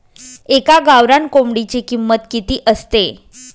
एका गावरान कोंबडीची किंमत किती असते?